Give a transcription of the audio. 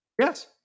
Yes